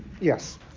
yes